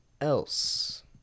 else